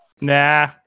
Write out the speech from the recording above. nah